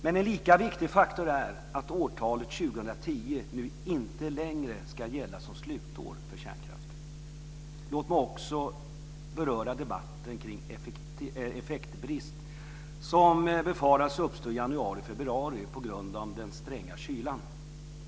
Men en lika viktig faktor är att årtalet 2010 nu inte längre ska gälla som slutår för kärnkraften. Låt mig också beröra debatten kring effektbrist, som befarades uppstå i januari och februari på grund av den stränga kylan.